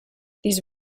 these